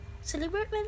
celebration